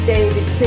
David